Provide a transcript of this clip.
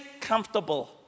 comfortable